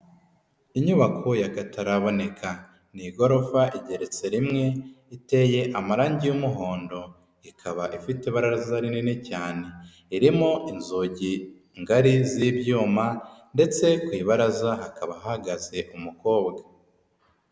Inyubako y'akataraboneka ni igorofa igeretse rimwe, iteye amarangi y'umuhondo, ikaba ifite ibaraza rinini cyane, irimo inzugi ngari z'ibyuma ndetse ku ibaraza hakaba hahagaze umukobwa.